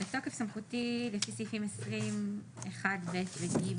בתוקף סמכותי לפי סעיפים 20(1)(ב) ו-(ג)